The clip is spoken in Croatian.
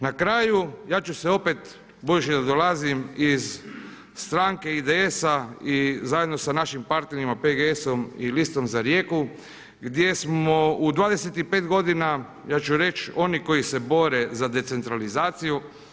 Na kraju, ja ću se opet budući da dolazim iz stranke IDS-a i zajedno sa našim partnerima PGS-om i Listom za Rijeku gdje smo u 25 godina ja ću reći oni koji se bore za decentralizaciju.